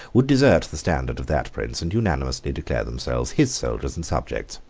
would desert the standard of that prince, and unanimously declare themselves his soldiers and subjects.